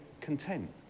content